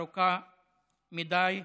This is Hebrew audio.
ארוכה מדי.